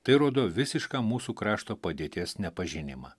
tai rodo visišką mūsų krašto padėties nepažinimą